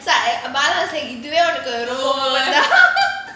so like bala was like இதுவே உனக்கு ரொம்ப:ithuvae unaku romba over